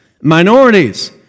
Minorities